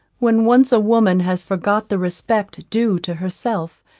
when once a woman has forgot the respect due to herself,